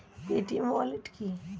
Paytm wallet কি?